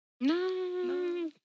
No